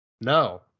No